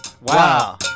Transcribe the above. Wow